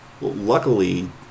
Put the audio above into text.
Luckily